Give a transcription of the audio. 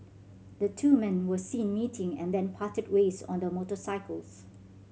the two men were seen meeting and then parted ways on their motorcycles